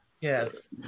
Yes